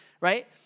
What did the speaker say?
right